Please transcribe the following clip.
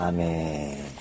Amen